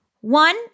One